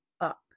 up